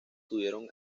tuvieron